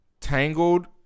Tangled